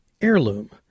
Heirloom